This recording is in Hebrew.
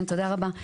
תודה רבה.